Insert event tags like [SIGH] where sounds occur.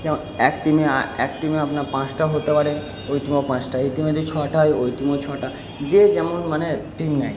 [UNINTELLIGIBLE] এক টিমে এক টিমে আপনারা পাঁচটাও হতে পারে ওই টিমেও পাঁচটা এই টিমে যদি ছটা হয় ওই টিমেও ছটা যে যেমন মানে টিম নেয়